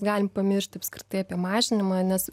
galim pamiršti apskritai apie mažinimą nes